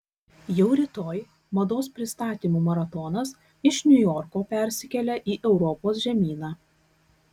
jau rytoj mados pristatymų maratonas iš niujorko persikelia į europos žemyną